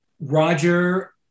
Roger